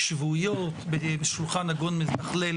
שולחן עגול מתכלל